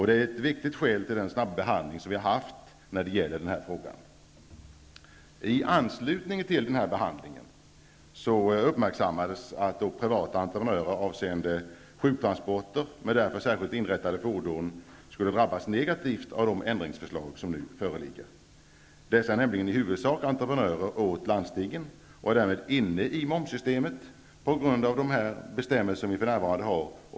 Det är ett viktigt skäl till den snabba behandlig som vi har haft när det gäller den här frågan. I anslutning till behandlingen i utskottet uppmärksammades att privata entreprenörer avseende sjuktransporter med därför särskilt inrättade fordon skulle drabbas negativt av de ändringsförslag som nu föreligger. Dessa är nämligen i huvudsak entreprenörer åt landstingen och därmed inne i momssystemet på grund av de bestämmelser som vi för närvarande har.